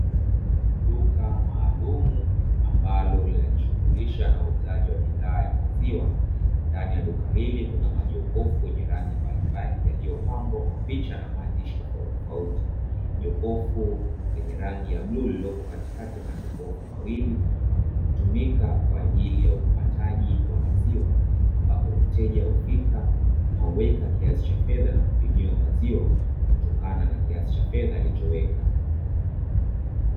Duka maalumu ambalo linajishughulisha na uuzaji wa bidhaa ya maziwa. Ndani ya duka hili kuna majokofu yenye rangi mbalimbali, yaliyopambwa kwa picha na maandishi tofautitofauti. Jokofu lenye rangi ya bluu lililopokati ya majokofu mawili hutumika kwa ajili ya upataji wa maziwa. Ambapo mteja hufika na kuweka fedha na hupimiwa maziwa kutokana na kiasi cha fedha alichoweka.